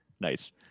Nice